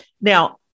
Now